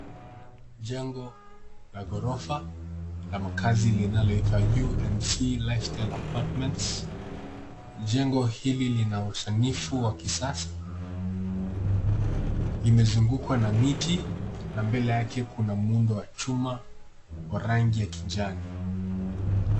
Jango la ghorofa la makaazi linaloitwa UNC lifestyle apartments . Jengo hili lina usanifu wa kisasa. Limezungukwa na miti na mbele yake kuna muundo wa chuma wa rangi ya kijani.